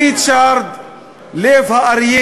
ריצ'ארד לב הארי